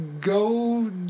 go